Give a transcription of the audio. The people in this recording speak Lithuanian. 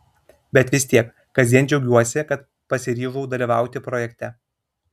bet vis tiek kasdien džiaugiuosi kad pasiryžau dalyvauti projekte